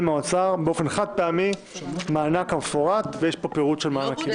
מהאוצר באופן חד-פעמי מענק כמפורט" ויש פה פירוט של המענקים.